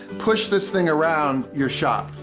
push this thing around your shop.